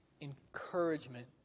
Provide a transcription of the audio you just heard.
encouragement